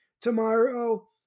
tomorrow